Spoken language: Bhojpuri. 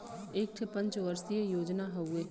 एक ठे पंच वर्षीय योजना हउवे